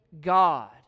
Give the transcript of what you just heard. God